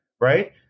Right